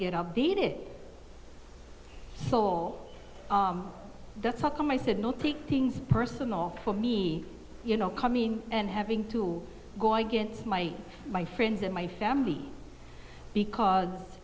get updated so that's how come i said not take things personally for me you know coming and having to go against my my friends and my family because